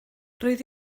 roedd